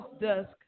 desk